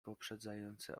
poprzedzające